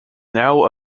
now